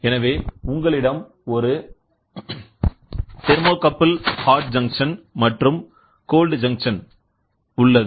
எனவே உங்களிடம் ஒரு தெர்மோகப்புள் ஹாட் ஜங்ஷன் மற்றும் குளிர் ஜங்ஷன் உள்ளது